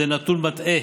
זה נתון מטעה,